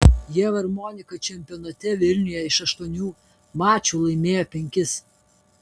ieva ir monika čempionate vilniuje iš aštuonių mačų laimėjo penkis